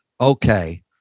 okay